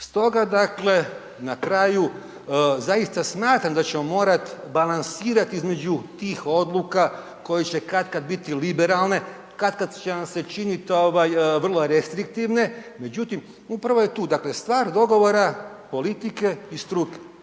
Stoga dakle, na kraju zaista smatram da ćemo morat balansirat između tih odluka koje će katkad biti liberalne, katkad će vam se činit ovaj vrlo restriktivne. Međutim, upravo je tu dakle, stvar dogovora politike i struke.